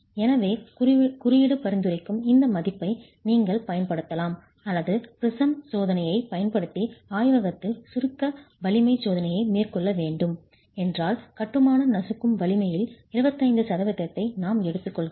எனவே குறியீடு பரிந்துரைக்கும் இந்த மதிப்பை நீங்கள் பயன்படுத்தலாம் அல்லது ப்ரிஸம் சோதனையைப் பயன்படுத்தி ஆய்வகத்தில் சுருக்க வலிமை சோதனையை மேற்கொள்ள வேண்டும் என்றால் கட்டுமானம் நசுக்கும் வலிமையில் 25 சதவீதத்தை நாம் எடுத்துக்கொள்கிறோம்